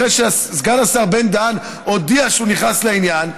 אחרי שסגן השר בן-דהן הודיע שהוא נכנס לעניין,